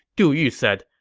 du yu said,